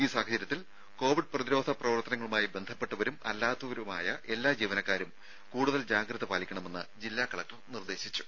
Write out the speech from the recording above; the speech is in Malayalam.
ഈ സാഹചര്യത്തിൽ കോവിഡ് പ്രതിരോധ പ്രവർത്തനവുമായി ബന്ധപ്പെട്ടവരും അല്ലാത്തവരുമായ എല്ലാ ജീവനക്കാരും കൂടുതൽ ജാഗ്രത പാലിക്കണമെന്ന് ജില്ലാ കലക്ടർ നിർദേശിച്ചു